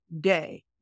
day